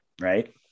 right